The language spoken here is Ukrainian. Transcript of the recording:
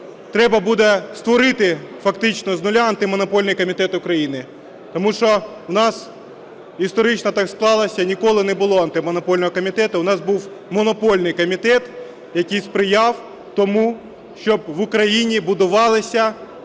треба буде створити фактично з нуля Антимонопольний комітет України. Тому що у нас історично так склалося, ніколи не було Антимонопольного комітету, у нас був монопольний комітет, який сприяв тому, щоб в Україні будувалися